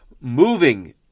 Moving